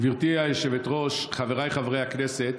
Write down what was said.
גברתי היושבת-ראש, חבריי חברי הכנסת,